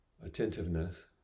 attentiveness